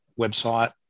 website